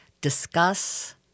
discuss